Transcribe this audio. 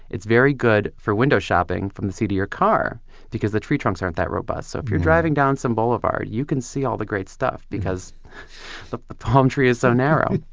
it's very good for window shopping from the seat of your car because the tree trunks aren't that robust. so if you're driving down some boulevard, you can see all the great stuff because the the palm tree is so narrow